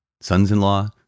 Sons-in-law